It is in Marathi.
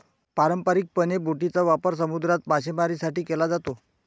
पारंपारिकपणे, बोटींचा वापर समुद्रात मासेमारीसाठी केला जातो